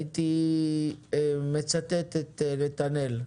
הייתי מצטט את נתנאל יהודה,